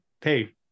hey